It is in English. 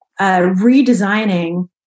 redesigning